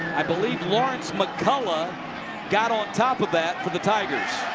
i believe lawrence mccullough got on top of that for the tigers.